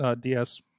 DS